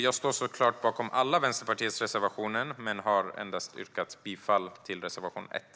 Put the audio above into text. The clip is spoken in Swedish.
Jag står såklart bakom alla Vänsterpartiets reservationer men yrkar bifall endast till reservation 1.